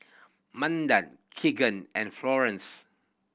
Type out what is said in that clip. Manda Keagan and Florence